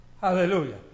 Hallelujah